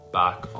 back